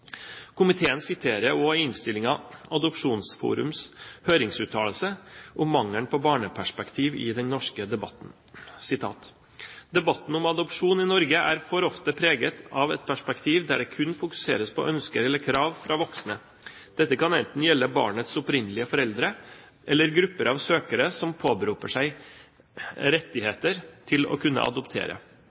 Komiteen siterer også i innstillingen Adopsjonsforums høringsuttalelse om mangelen på barneperspektiv i den norske debatten: «Debatten om adopsjon i Norge er for ofte preget av et perspektiv der det kun fokuseres på ønsker eller krav fra voksne. Dette kan enten gjelde barnets opprinnelige foreldre, eller grupper av søkere som påberoper seg «rettigheter» til å kunne adoptere.